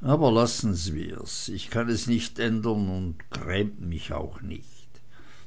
aber lassen wir's ich kann es nicht ändern und es grämt mich auch nicht